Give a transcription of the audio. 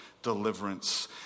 deliverance